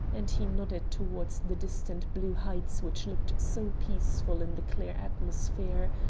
and he nodded towards the distant blue heights which looked so peaceful in the clear atmosphere,